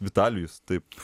vitalijus taip